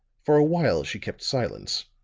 for a while she kept silence.